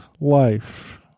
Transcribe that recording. life